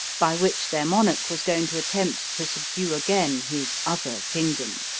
by which their monarch was going to attempt to subdue again his other kingdom.